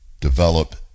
develop